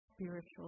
spiritual